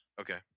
Okay